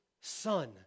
son